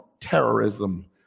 terrorism